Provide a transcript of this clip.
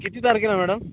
किती तारखेला मॅडम